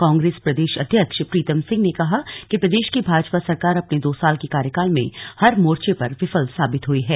कांग्रेस प्रदेश अध्यक्ष प्रीतम सिंह ने कहा कि प्रदेश की भाजपा सरकार अपने दो साल के कार्यकाल में हर मोर्चे पर विफल साबित हई है